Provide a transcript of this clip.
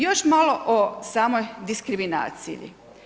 Još malo o samoj diskriminaciji.